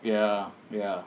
ya ya